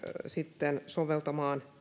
sitten soveltamaan